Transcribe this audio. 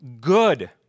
good